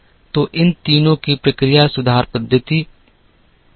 तो इन तीनों को प्रक्रिया सुधार पद्धति कहा जाता है